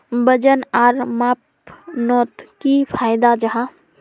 वजन आर मापनोत की फायदा जाहा?